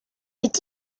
est